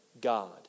God